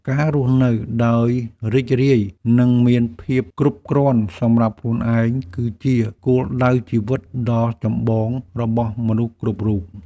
ការរស់នៅដោយរីករាយនិងមានពេលគ្រប់គ្រាន់សម្រាប់ខ្លួនឯង គឺជាគោលដៅជីវិតដ៏ចម្បងរបស់មនុស្សគ្រប់រូប។